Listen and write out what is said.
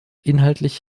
inhaltlich